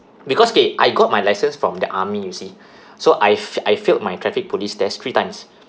because kay I got my license from the army you see so I f~ I failed my traffic police test three times